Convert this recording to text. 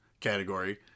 category